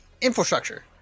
infrastructure